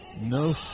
no